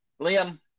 Liam